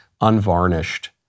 unvarnished